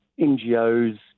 NGOs